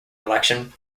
election